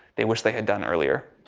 they wished they had done earlier.